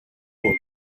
polls